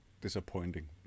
disappointing